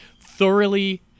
Thoroughly